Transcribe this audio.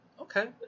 Okay